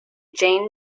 jane